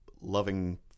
loving